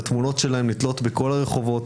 התמונות שלהם נתלות ברחובות,